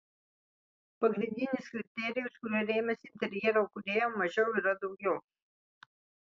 pagrindinis kriterijus kuriuo rėmėsi interjero kūrėja mažiau yra daugiau